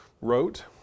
wrote